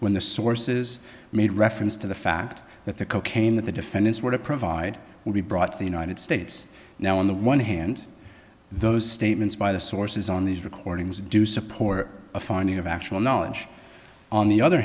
when the sources made reference to the fact that the cocaine that the defendants were to provide would be brought to the united states now on the one hand those statements by the sources on these recordings do support a finding of actual knowledge on the other